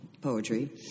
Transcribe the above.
poetry